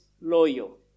loyal